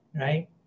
right